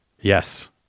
Yes